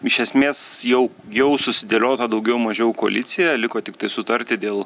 iš esmės jau jau susidėliotą daugiau mažiau koaliciją liko tiktai sutarti dėl